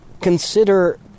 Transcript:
consider